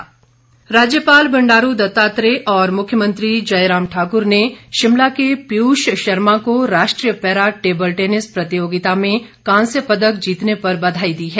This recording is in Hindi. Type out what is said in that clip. टेबल टेनिस राज्यपाल बंडारू दत्तात्रेय और मुख्यमंत्री जयराम ठाक्र ने शिमला के पीयूष शर्मा को राष्ट्रीय पैरा टेबल टेनिस प्रतियोगिता में कांस्य पदक जीतने पर बधाई दी है